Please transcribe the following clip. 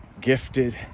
gifted